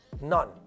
None